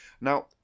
Now